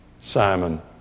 Simon